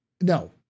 No